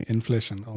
Inflation